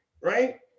Right